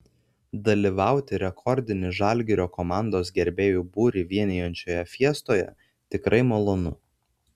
dalyvauti rekordinį žalgirio komandos gerbėjų būrį vienijančioje fiestoje tikrai malonu